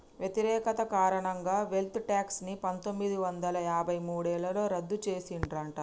వ్యతిరేకత కారణంగా wealth tax ని పందొమ్మిది వందల యాభై మూడులో రద్దు చేసిండ్రట